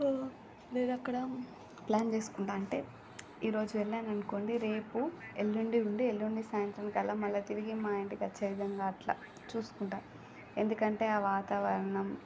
నేను అక్కడ ప్లాన్ చేసుకుంటూ అంటే ఈ రోజు వెళ్ళాను అనుకోండి రేపు ఎల్లుండి ఉండి ఎల్లుండి సాయంత్రానికి అంతా మళ్లీ తిరిగి మా ఇంటికి వచ్చే విధంగా అట్లా చూసుకుంటా ఎందుకంటే ఆ వాతావరణం